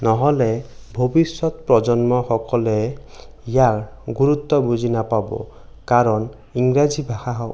নহ'লে ভৱিষ্যত প্ৰজন্মসকলে ইয়াৰ গুৰুত্ব বুজি নাপাব কাৰণ ইংৰাজী ভাষা